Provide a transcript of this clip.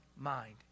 mind